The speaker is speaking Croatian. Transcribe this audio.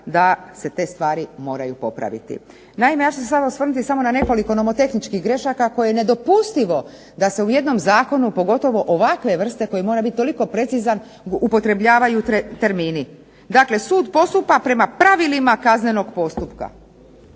da se te stvari moraju popraviti. Naime, ja ću se sad osvrnuti samo na nekoliko nomotehničkih grešaka koje je nedopustivo da se u jednom zakonu, pogotovo ovakve vrste koji mora biti toliko precizan, upotrebljavaju termini. Dakle, sud postupa prema pravilima kaznenog postupka.